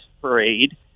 Parade